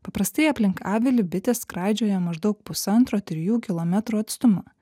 paprastai aplink avilį bitės skraidžioja maždaug pusantro trijų kilometrų atstumu